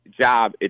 job